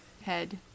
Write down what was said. head